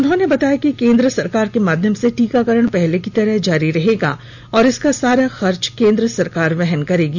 उन्होंने बताया कि केंद्र सरकार के माध्यम से टीकाकरण पहले की तरह जारी रहेगा और इसका सारा खर्च केंद्र सरकार वहन करेगी